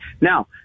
Now